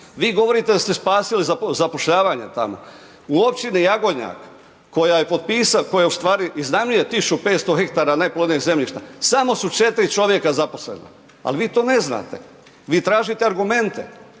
Vi govorite da ste spasili zapošljavanje tamo. U općini Jagodnjak koja u stvari iznajmljuje 1500 hektara neplodnih zemljišta, samo su 4 čovjeka zaposlena, al vi to ne znate, vi tražite argumente.